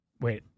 wait